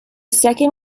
second